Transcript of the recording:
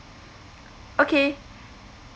okay